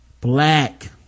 black